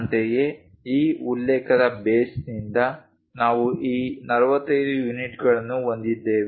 ಅಂತೆಯೇ ಈ ಉಲ್ಲೇಖದ ಬೇಸ್ನಿಂದ ನಾವು ಈ 45 ಯೂನಿಟ್ಗಳನ್ನು ಹೊಂದಿದ್ದೇವೆ